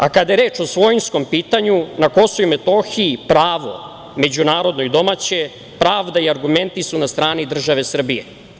A kada je reč o svojinskom pitanju na Kosovu i Metohiji, pravo međunarodno i domaće, pravda i argumenti su na strani države Srbije.